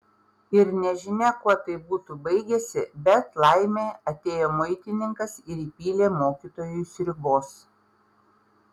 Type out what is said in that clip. ir nežinia kuo tai būtų baigęsi bet laimė atėjo muitininkas ir įpylė mokytojui sriubos